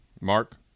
mark